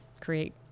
create